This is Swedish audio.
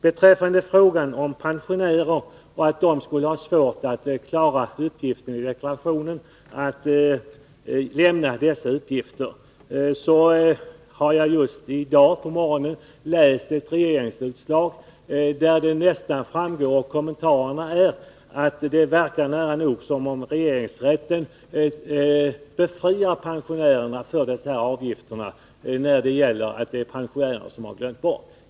Knut Wachtmeister sade att pensionärer skulle ha svårt att klara av att lämna dessa uppgifter vid deklarationen. Jag har i dag på morgonen läst ett regeringsrättsutslag, av vilket det verkar som om regeringsrätten befriar pensionärerna från sådana avgifter när de glömt bort att lämna uppgifterna.